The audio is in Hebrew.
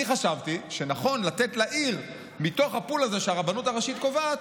אני חשבתי שמתוך הפול הזה שהרבנות הראשית קובעת,